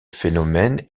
phénomène